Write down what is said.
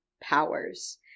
powers